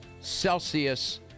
Celsius